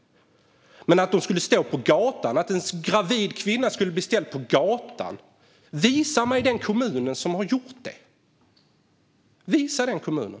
Men att en gravid kvinna skulle bli ställd på gatan - visa mig den kommun som har gjort det! Visa den kommunen!